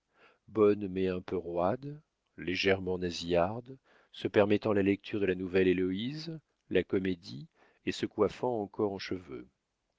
bonne mais un peu raide légèrement nasillarde se permettant la lecture de la nouvelle héloïse la comédie et se coiffant encore en cheveux